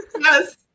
Yes